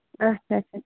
اَچھا اَچھا